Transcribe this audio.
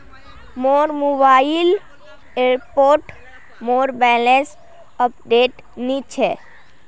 मोर मोबाइल ऐपोत मोर बैलेंस अपडेट नि छे